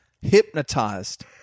hypnotized